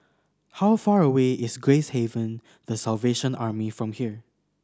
how far away is Gracehaven The Salvation Army from here